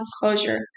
closure